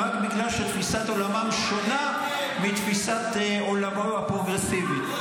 רק בגלל שתפיסת עולמם שונה מתפיסת עולמו הפרוגרסיבית.